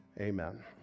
Amen